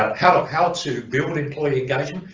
ah how um how to build employee engagement,